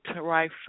right